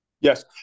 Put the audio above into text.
Yes